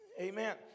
Amen